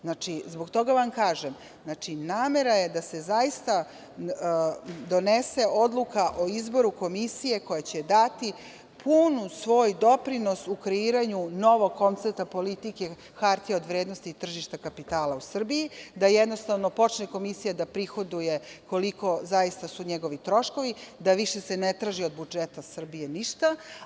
Zbog toga vam kažem, namera je da se zaista donese odluka o izboru komisije koja će dati pun svoj doprinos u kreiranju novog koncepta politike hartije od vrednosti i tržište kapitala u Srbiji, da jednostavno počne komisija da prihoduje koliko zaista su njegovi troškovi, da se više ne traži od budžeta Srbije ništa.